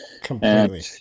Completely